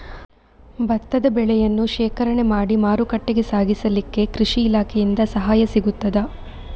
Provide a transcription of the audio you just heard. ಭತ್ತದ ಬೆಳೆಯನ್ನು ಶೇಖರಣೆ ಮಾಡಿ ಮಾರುಕಟ್ಟೆಗೆ ಸಾಗಿಸಲಿಕ್ಕೆ ಕೃಷಿ ಇಲಾಖೆಯಿಂದ ಸಹಾಯ ಸಿಗುತ್ತದಾ?